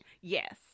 Yes